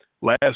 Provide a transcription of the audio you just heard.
last